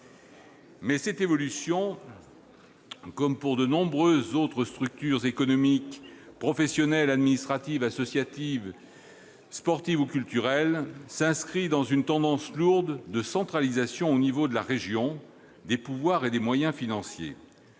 cette évolution, comme c'est le cas pour de nombreuses autres structures économiques, professionnelles, administratives, associatives, sportives ou culturelles, s'inscrit dans une tendance lourde de centralisation des pouvoirs et des moyens financiers